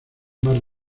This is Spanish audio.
mar